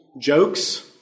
Jokes